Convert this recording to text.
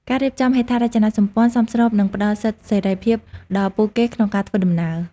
ការរៀបចំហេដ្ឋារចនាសម្ព័ន្ធសមស្របនឹងផ្តល់សិទ្ធិសេរីភាពដល់ពួកគេក្នុងការធ្វើដំណើរ។